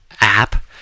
app